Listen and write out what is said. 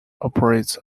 operates